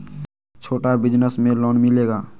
छोटा बिजनस में लोन मिलेगा?